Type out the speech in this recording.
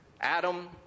Adam